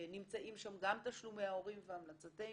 נמצאים שם גם תשלומי ההורים והמלצתנו.